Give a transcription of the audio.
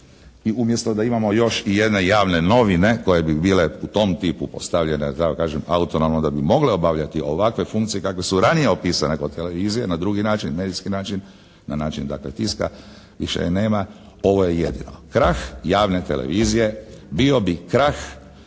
I umjesto da imamo još jedne javne novine koje bi bile u tom tipu postavljene da tako kažem autonomno da bi mogle obavljati ovakve funkcije kakve su ranije opisane kod televizije na drugi način, medijski način, na način dakle tiska više je nema. Ovo je jedino krah javne televizije bio bi krah